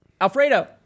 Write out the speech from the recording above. Alfredo